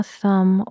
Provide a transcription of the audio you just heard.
thumb